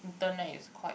internet is quite